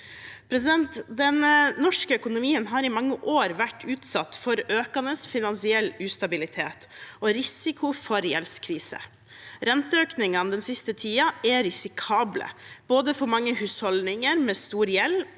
Den norske økonomien har i mange år vært utsatt for økende finansiell ustabilitet og risiko for gjeldskrise. Renteøkningene den siste tiden er risikable, både for mange husholdninger med stor gjeld,